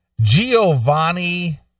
Giovanni